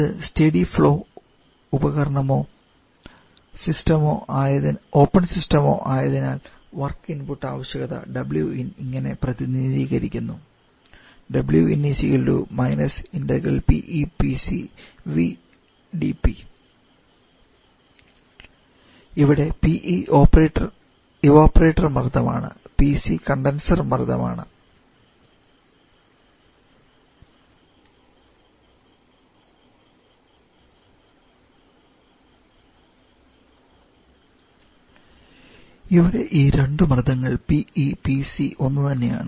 ഇത് steady flow ഉപകരണമോ open സിസ്റ്റമോ ആയതിനാൽ വർക്ക് ഇൻപുട്ട് ആവശ്യകത Win ഇങ്ങനെ പ്രതിനിധീകരിക്കുന്നു ഇവിടെ PE ഇവപൊറേറ്റർ മർദ്ദമാണ് PC കണ്ടൻസർ മർദ്ദമാണ് ഇവിടെ ഈ രണ്ട് മർദങ്ങൾ PE PC ഒന്നു തന്നെയാണ്